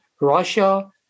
Russia